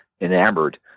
enamored